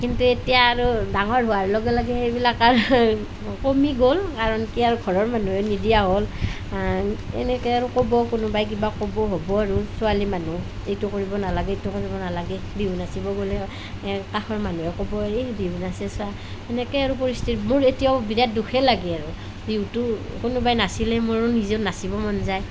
কিন্তু এতিয়া আৰু ডাঙৰ হোৱাৰ লগে লগে সেইবিলাক আৰু কমি গ'ল কাৰণ কি আৰু ঘৰৰ মানুহে নিদিয়া হ'ল এনেকৈ আৰু ক'ব কোনোবাই কিবা ক'ব আৰু হ'ব আৰু ছোৱালী মানুহ এইটো কৰিব নালাগে সেইটো কৰিব নালাগে বিহু নাচিব গ'লে কাষৰ মানুহে ক'ব এই বিহু নাচিছে চোৱা সেনেকৈ আৰু পৰিস্থিতি মোৰ এতিয়াও বিৰাট দুখেই লাগে আৰু বিহুতো কোনোবাই নাচিলে মোৰো নিজে নাচিবৰ মন যায়